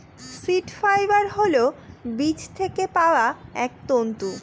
seed fibre হল বীজ থেকে পাওয়া এক তন্তু